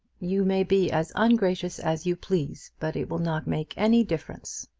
you may be as ungracious as you please, but it will not make any difference.